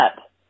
up